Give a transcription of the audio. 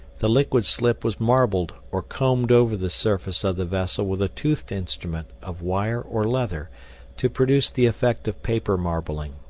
the liquid slip was marbled or combed over the surface of the vessel with a toothed instrument of wire or leather to produce the effect of paper-marbling.